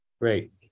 great